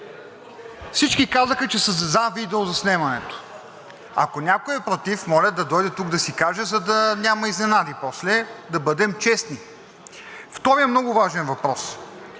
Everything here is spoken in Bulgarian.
Всички казаха, че са за видеозаснемането. Ако някой е против, моля да дойде тук да си каже, за да няма изненади после, да бъдем честни. Вторият много важен въпрос.